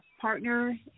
partner